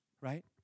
right